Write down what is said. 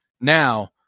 Now